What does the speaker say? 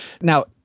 Now